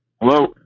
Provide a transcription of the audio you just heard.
Hello